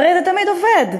והרי זה תמיד עובד.